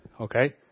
Okay